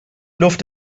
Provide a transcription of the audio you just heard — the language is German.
luft